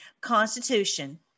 Constitution